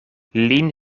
lin